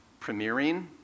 premiering